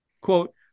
quote